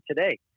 today